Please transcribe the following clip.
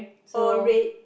or red